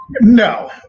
No